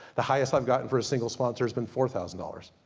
the highest i've gotten for a single sponsor, has been four thousand dollars.